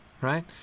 right